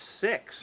six